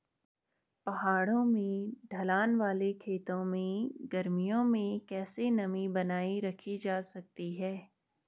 पहाड़ों में ढलान वाले खेतों में गर्मियों में कैसे नमी बनायी रखी जा सकती है?